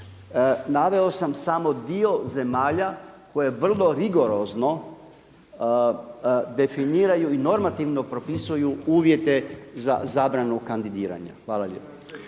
Naveo sam samo dio zemalja koje vrlo rigorozno definiraju i normativno propisuju uvjete za zabranu kandidiranja. Hvala lijepa.